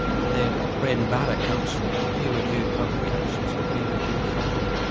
their bread and butter comes from peer reviewed publications and peer reviewed funding,